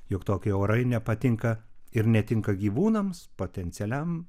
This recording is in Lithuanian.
juk tokie orai nepatinka ir netinka gyvūnams potencialiam